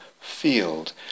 field